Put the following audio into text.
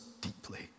deeply